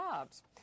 jobs